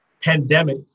pandemic